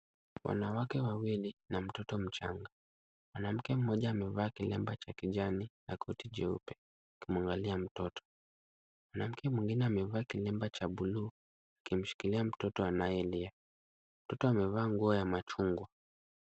Wanawake wawili na mtoto mchanga, mwanamke mmoja amevaa kilemba cha kijani na koti jeupe akimuangalia mtoto. Mwanamke mwengine amevaa kilemba cha buluu akimshikilia mtoto anayelia. Mtoto amevaa nguo ya machungwa.